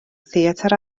theatr